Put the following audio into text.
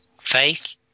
faith